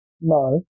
No